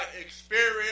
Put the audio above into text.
experience